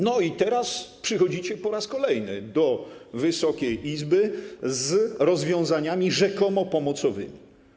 No i teraz przychodzicie po raz kolejny do Wysokiej Izby z rozwiązaniami rzekomo pomocowymi.